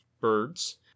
birds